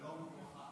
שלום וברכה.